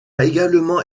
également